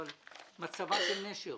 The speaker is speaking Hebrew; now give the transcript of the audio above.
מה מצבה של נשר?